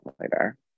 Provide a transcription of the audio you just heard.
later